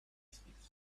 speaks